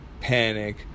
panic